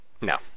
No